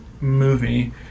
movie